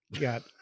got